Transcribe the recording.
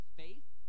faith